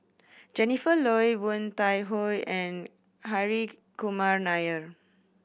Jennifer Yeo Woon Tai Ho and Hri Kumar Nair